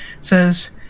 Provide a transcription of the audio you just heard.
says